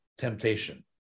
temptation